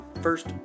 first